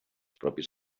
propis